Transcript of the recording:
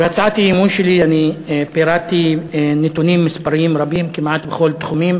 בהצעת האי-אמון שלי אני פירטתי נתונים מספריים רבים כמעט בכל התחומים,